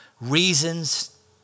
reasons